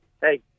hey